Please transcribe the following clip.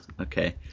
Okay